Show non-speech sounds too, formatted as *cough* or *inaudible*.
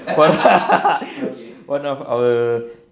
*laughs* one of our